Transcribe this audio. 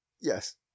Yes